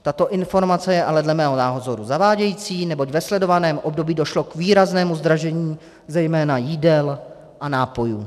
Tato informace je ale dle mého názoru zavádějící, neboť ve sledovaném období došlo k výraznému zdražení zejména jídel a nápojů.